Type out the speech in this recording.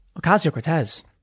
Ocasio-Cortez